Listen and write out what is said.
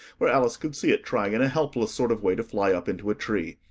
where alice could see it trying in a helpless sort of way to fly up into a tree.